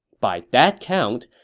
by that count,